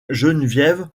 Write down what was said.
geneviève